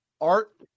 Art